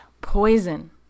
poison